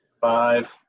Five